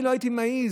אני לא הייתי מעז